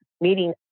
meeting